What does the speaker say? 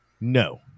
No